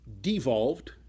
devolved